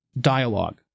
dialogue